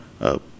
up